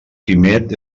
quimet